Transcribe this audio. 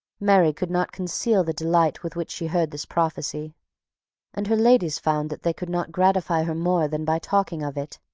mary could not conceal the delight with which she heard this prophecy and her ladies found that they could not gratify her more than by talking of it.